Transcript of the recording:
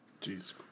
Jesus